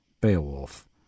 Beowulf